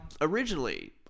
originally